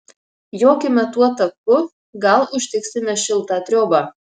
jokime tuo taku gal užtiksime šiltą triobą